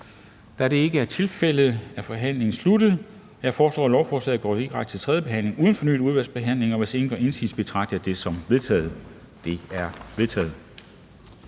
Da det ikke er tilfældet, er forhandlingen sluttet. Jeg foreslår, at lovforslaget går direkte til tredje behandling uden fornyet udvalgsbehandling. Hvis ingen gør indsigelse, betragter jeg dette som vedtaget. Det er vedtaget.